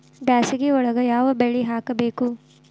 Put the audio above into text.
ಬ್ಯಾಸಗಿ ಒಳಗ ಯಾವ ಬೆಳಿ ಹಾಕಬೇಕು?